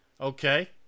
Okay